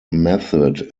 method